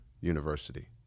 university